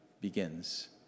begins